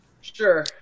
Sure